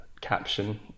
caption